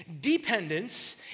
Dependence